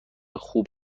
خوب